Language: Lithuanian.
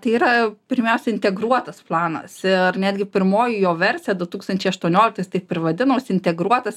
tai yra pirmiausiai integruotas planas ar netgi pirmoji jo versija du tūkstančiai aštuonioliktais taip ir vadinosi integruotas